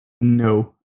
No